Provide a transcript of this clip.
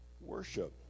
Worship